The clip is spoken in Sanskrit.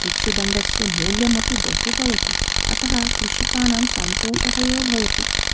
इक्षुदण्डस्य मूल्यमपि बहू भवति अतः कृषिकानां संतोषः एव भवति